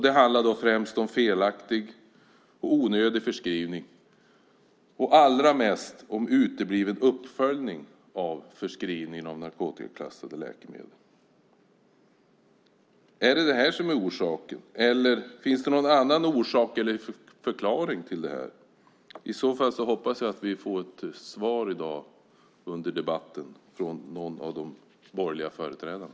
Det handlar då främst om felaktig och onödig förskrivning och allra mest om utebliven uppföljning av förskrivningen av narkotikaklassade läkemedel. Är det detta som är orsaken? Eller finns det någon annan orsak eller förklaring till det här? I så fall hoppas jag att vi får ett svar under debatten i dag från någon av de borgerliga företrädarna.